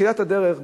בתחילת הדרך,